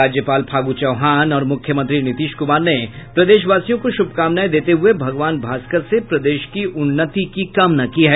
राज्यपाल फागू चौहान और मुख्यमंत्री नीतीश कुमार ने प्रदेशवासियों को शुभकामनाएं देते हुये भागवान भास्कर से प्रदेश की उन्नती की कामना की है